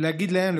להגיד להם,